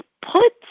put